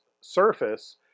surface